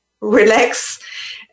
relax